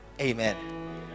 amen